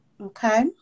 Okay